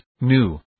new